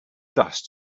dust